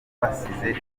abasize